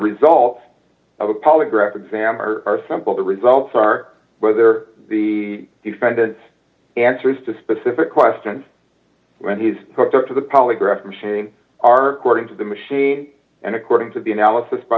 result of a polygraph exam are simple the results are whether the defendant answers to specific questions when he's hooked up to the polygraph machine are boarding to the machine and according to the analysis by